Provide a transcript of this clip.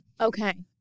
okay